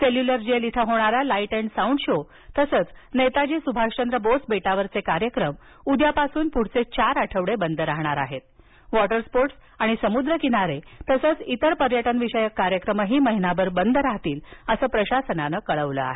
cellular jail इथं होणारा light and sound show तसच नेताजी सुभाषचंद्र बोस बेटावरील कार्यक्रम उद्यापासून पुढचे चार आठवडे बंद राहणार आहे वॉटर स्पोर्ट्स आणि समुद्रकिनारे तसच इतर पर्यटनविषयक कार्यक्रमही महिनाभर बंद राहतील असं प्रशासनानं कळवलं आहे